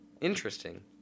Interesting